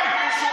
בהמות.